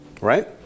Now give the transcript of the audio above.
Right